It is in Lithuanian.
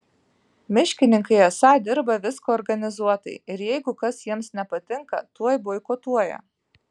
miškininkai esą dirba viską organizuotai ir jeigu kas jiems nepatinka tuoj boikotuoja